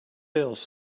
else